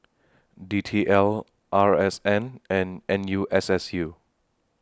D T L R S N and N U S S U